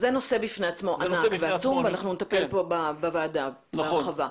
זה נושא בפני עצמו, ואנחנו נטפל בו בוועדה בהרחבה.